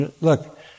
look